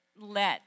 let